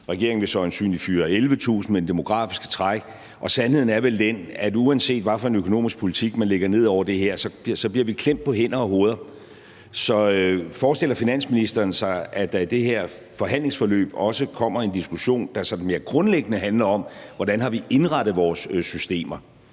regeringen vil øjensynlig med det demografiske træk fyre 11.000 – men sandheden er vel den, at uanset hvilken økonomisk politik man lægger ned over det her, bliver vi klemt på antal hænder og hoveder. Så forestiller finansministeren sig, at der i det her forhandlingsforløb også kommer en diskussion, der sådan mere grundlæggende handler om, hvordan vi har indrettet vores systemer?